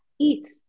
eat